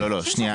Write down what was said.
כן.